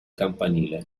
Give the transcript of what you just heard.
campanile